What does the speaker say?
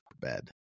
bed